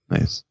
Nice